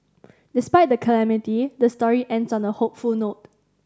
despite the calamity the story ends on a hopeful note